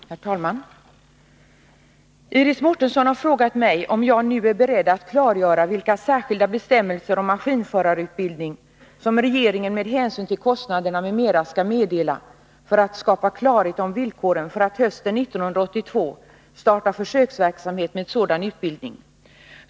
Herr talman! Iris Mårtensson har frågat mig om jag nu är beredd att klargöra vilka särskilda bestämmelser om maskinförarutbildning som regeringen med hänsyn till kostnaderna m.m. skall meddela för att skapa klarhet om villkoren för att hösten 1982 starta försöksverksamhet med sådan utbildning.